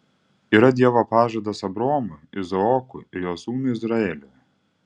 yra dievo pažadas abraomui izaokui ir jo sūnui izraeliui